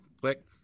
Click